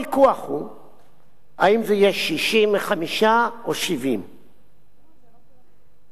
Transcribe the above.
האם זה יהיה 65 או 70. אני מוכרח לבוא ולומר: